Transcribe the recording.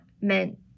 meant